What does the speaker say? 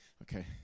Okay